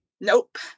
Nope